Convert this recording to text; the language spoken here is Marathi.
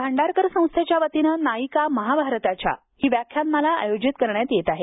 भांडारकर संस्थेच्या वतीने नायिका महाभारताच्या ही व्याख्यानमाला आयोजित करण्यात येत आहे